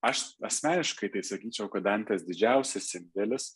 aš asmeniškai tai sakyčiau kad dantės didžiausias indėlis